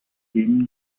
denen